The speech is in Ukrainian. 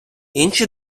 інші